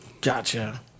Gotcha